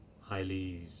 highly